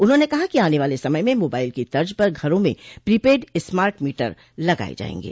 उन्होंने कहा कि आने वाले समय में मोबाइल की तज पर घरों में प्रीपेड स्मार्ट मीटर लगाये जायेंगे